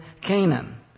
Canaan